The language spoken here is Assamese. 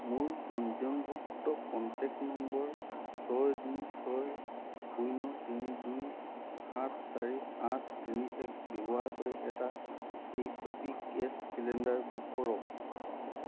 মোৰ পঞ্জীয়নভুক্ত কণ্টেক্ট নম্বৰ ছয় দুই ছয় শূন্য তিনি দুই সাত চাৰি আঠ তিনি এক ব্যৱহাৰ কৰি এটা H P gas cylinder book কৰক